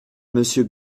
monsieur